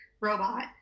robot